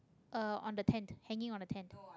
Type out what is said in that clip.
uh on the tent hanging on the tent